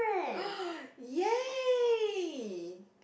!yay!